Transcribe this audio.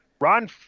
Ron